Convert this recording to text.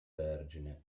vergine